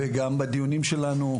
וגם בדיונים שלנו,